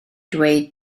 dweud